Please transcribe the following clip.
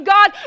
God